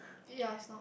ya is not